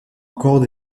encore